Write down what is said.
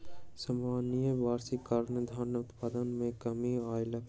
असामयिक वर्षाक कारणें धानक उत्पादन मे कमी आयल